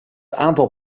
aantal